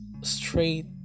straight